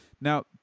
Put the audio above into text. now